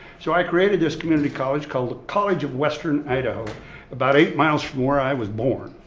so, i created this community college called college of western idaho about eight miles from where i was born,